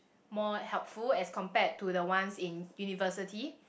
more helpful as compared to the ones in university